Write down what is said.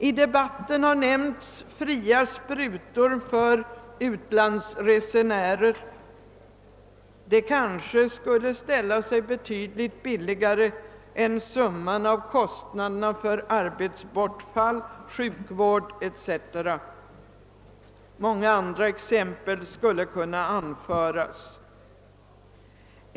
I debatten har det nämnts att fria sprutor för utlandsresenärer kanske skulle ställa sig betydligt billigare än kostnaderna för sjukvård och arbetsbortfall på grund av sjukdom. Många andra exempel skulle kunna anföras.